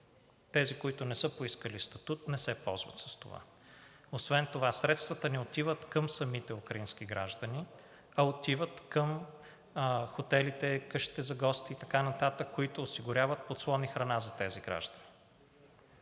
Тези, които не са поискали статут, не се ползват с това. Освен това средствата не отиват към самите украински граждани, а отиват към хотелите, къщите за гости и т.н., които осигуряват подслон и храна за тези граждани.